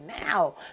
now